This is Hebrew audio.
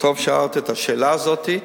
טוב ששאלת את השאלה הזאת.